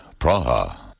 Praha